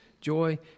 joy